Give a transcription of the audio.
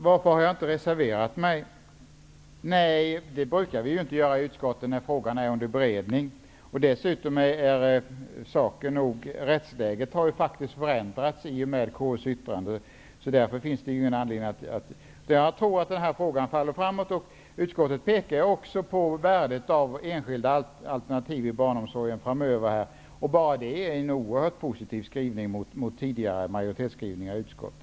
Herr talman! Jag fick frågan varför jag inte har reserverat mig. Nej, det är inte brukligt i uskottet att göra det när en fråga är under beredning. Dessutom har rättsläget faktiskt förändrats i och med KU:s yttrande. Jag tror att frågan så att säga faller framåt. Utskottet pekar också på värdet av enskilda alternativ inom barnomsorgen framöver. Bara det är en oerhört positiv skrivning jämfört med tidigare majoritetsskrivningar i utskotttet.